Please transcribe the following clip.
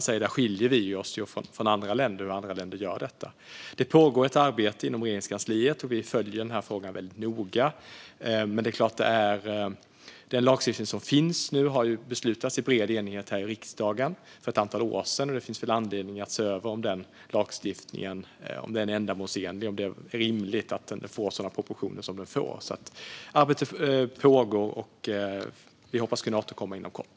Där skiljer vi oss från andra länder, precis som frågeställaren säger. Det pågår ett arbete inom Regeringskansliet. Vi följer denna fråga väldigt noga. Den lagstiftning som finns nu har ju riksdagen beslutat om i bred enighet för ett antal år sedan. Det finns väl anledning att se över om den är ändamålsenlig och om det är rimligt att den får sådana proportioner som den får. Arbete pågår, och vi hoppas kunna återkomma inom kort.